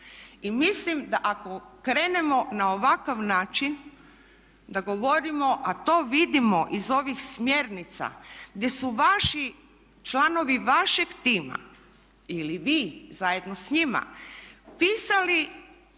mislim da ako krenemo na ovakav način da govorimo, a to vidimo iz ovih smjernica gdje su vaši, članovi vašeg tima ili vi zajedno sa njima pisali